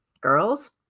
girls